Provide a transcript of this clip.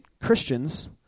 Christians